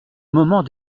moment